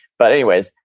but anyways,